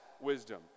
wisdom